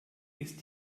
ist